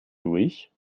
durch